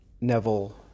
Neville